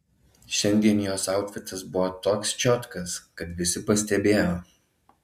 šiandien jos autfitas buvo toks čiotkas kad visi pastebėjo